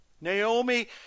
Naomi